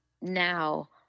now